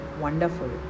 wonderful